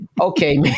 okay